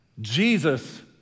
Jesus